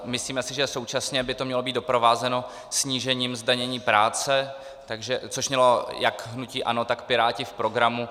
Myslíme si, že současně by to mělo být doprovázeno snížením zdanění práce, což mělo jak hnutí ANO, tak Piráti v programu.